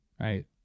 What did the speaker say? right